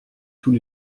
tous